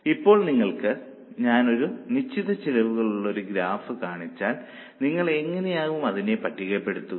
ഇപ്പോൾ നിങ്ങൾക്ക് ഞാൻ നിശ്ചിത ചെലവുകളുടെ ഒരു ഗ്രാഫ് കാണിച്ചാൽ നിങ്ങൾ എങ്ങനെയാകും അതിനെ പട്ടികപ്പെടുത്തുക